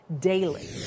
daily